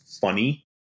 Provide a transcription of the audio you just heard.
funny